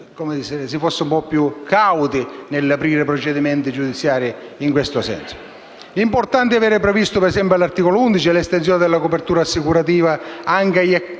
Grazie